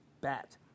bat